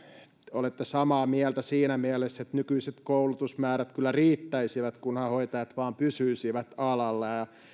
olette samaa mieltä siinä mielessä että nykyiset koulutusmäärät kyllä riittäisivät kunhan hoitajat vain pysyisivät alalla ja ja